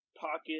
pocket